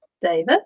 David